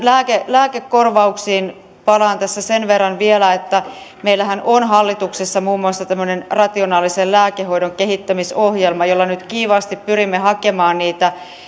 lääkekorvauksiin palaan tässä sen verran vielä meillähän on hallituksessa muun muassa tämmöinen rationaalisen lääkehoidon kehittämisohjelma jolla nyt kiivaasti pyrimme hakemaan niitä